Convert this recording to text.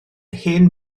hen